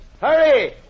hurry